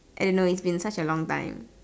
I don't know it's been such a long time